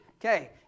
Okay